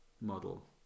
model